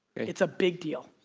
it's a big deal.